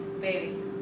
baby